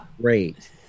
great